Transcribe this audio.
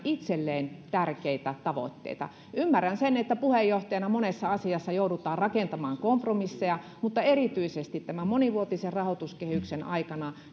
itselleen tärkeitä tavoitteita ymmärrän sen että puheenjohtajana monessa asiassa joudutaan rakentamaan kompromisseja mutta tuntuu että erityisesti tämän monivuotisen rahoituskehyksen aikana